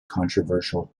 controversial